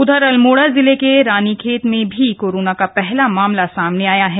उधर अल्मोड़ा जिले के रानीखेत में भी कोरोना का पहला मामला सामने आया है